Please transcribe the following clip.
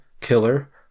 killer